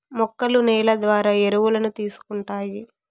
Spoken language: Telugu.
మొక్కలు నేల ద్వారా ఎరువులను తీసుకుంటాయి